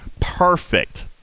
Perfect